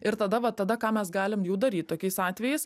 ir tada va tada ką mes galim jau daryt tokiais atvejais